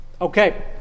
Okay